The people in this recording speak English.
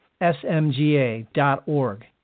smga.org